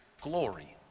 glory